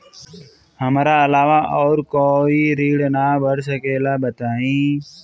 हमरा अलावा और कोई ऋण ना भर सकेला बताई?